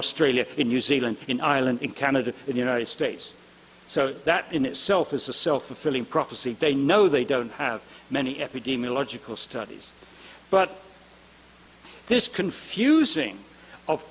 australia in new zealand in ireland in canada and united states so that in itself is a self fulfilling prophecy they know they don't have many epidemiological studies but this confusing of